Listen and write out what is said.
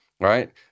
right